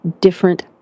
different